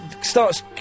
starts